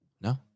no